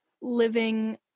living